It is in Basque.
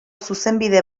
zuzenbide